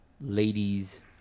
ladies